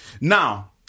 Now